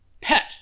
pet